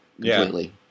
completely